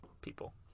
people